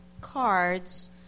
cards